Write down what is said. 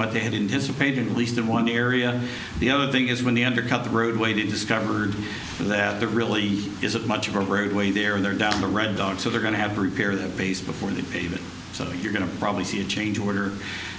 what they had in dissipated least in one area the other thing is when the undercut the roadway discovered that there really isn't much of a roadway there and they're down the red dot so they're going to have repaired the base before the even so you're going to probably see a change order